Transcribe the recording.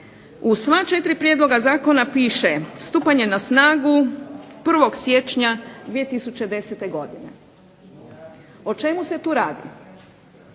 U sva četiri prijedloga zakona piše stupanje na snagu 1. siječnja 2010. godine. O čemu se tu radi,